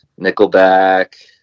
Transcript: nickelback